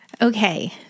Okay